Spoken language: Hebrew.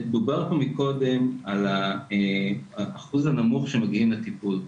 דובר פה קודם על האחוז הנמוך שמגיע לטיפול.